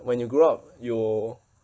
when you grow up you